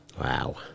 Wow